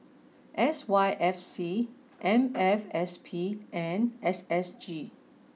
S Y F C M F S P and S S G